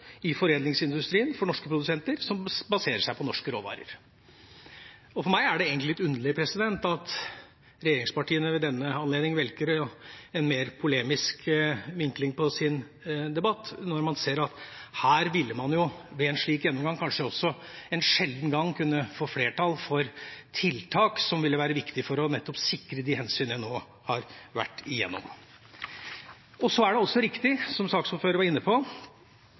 i foredlingsindustrien for norske produsenter som baserer seg på norske råvarer. For meg er det litt underlig at regjeringspartiene ved denne anledning velger en mer polemisk vinkling på debatten når man ser at her ville man ved en slik gjennomgang kanskje også en sjelden gang kunne få flertall for tiltak som ville være viktig for nettopp å sikre de hensynene jeg nå har vært gjennom. Så er det også riktig, som saksordføreren var inne på,